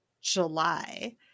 July